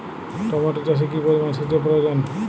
Tomato চাষে কি পরিমান সেচের প্রয়োজন?